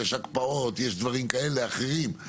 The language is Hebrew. הקפאות ודברים כאלה ואחרים,